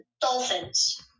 Dolphins